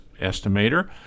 estimator